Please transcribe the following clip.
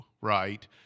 right